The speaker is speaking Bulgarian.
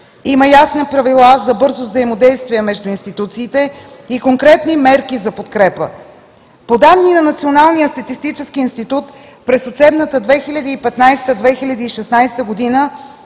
Има ясни правила за бързо взаимодействие между институциите и конкретни мерки за подкрепа. По данни на Националния статистически институт през учебната 2015/2016 г.